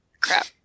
crap